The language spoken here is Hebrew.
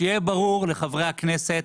שיהיה ברור לחברי הכנסת,